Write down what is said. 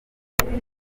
n’abandi